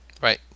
Right